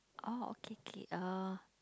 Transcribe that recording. orh okay K uh